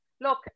Look